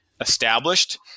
established